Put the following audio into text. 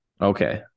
okay